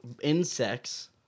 insects